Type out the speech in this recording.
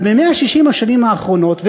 אבל ב-160 השנים האחרונות,